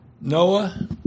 Noah